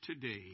today